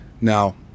Now